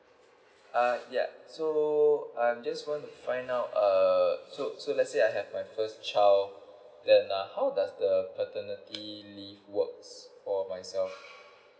uh yeah so I'm just want to find out err so so let's say I have my first child then uh how does the paternity leave works for myself